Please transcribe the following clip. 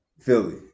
Philly